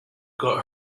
got